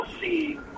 see